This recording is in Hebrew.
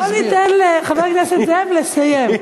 חברים, בואו ניתן לחבר הכנסת זאב לסיים.